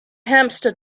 hamster